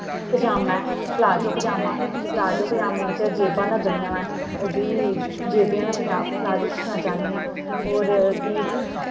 पजामा ऐ प्लाजो पजामा प्लाजो पजामे च जेबां लगनियां न ओह् बी जेबें आह्ला पजा प्लाजो सिक्खना चाहनियां होर कि